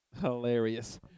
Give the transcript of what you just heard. Hilarious